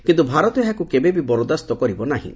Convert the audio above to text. କିନ୍ତୁ ଭାରତ ଏହାକୁ କେବେବି ବରଦାସ୍ତ କରିବ ନାହିଁ